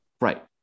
Right